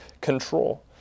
control